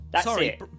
Sorry